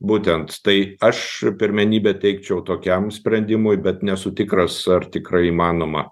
būtent tai aš pirmenybę teikčiau tokiam sprendimui bet nesu tikras ar tikrai įmanoma